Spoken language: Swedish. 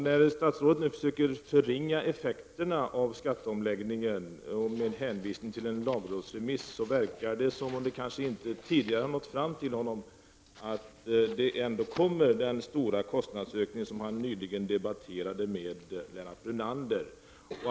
När statsrådet nu försöker förringa effekten av skatteomläggningen genom att hänvisa till en lagrådsremiss verkar det som om det kanske inte tidigare har nått fram till honom att de stora kostnadsökningar som han nyligen debatterade med Lennart Brunander kommer att ske.